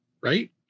right